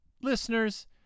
listeners